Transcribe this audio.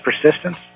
persistence